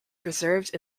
preserved